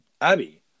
Abby